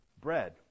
bread